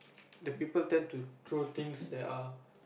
the people tend to throw things that are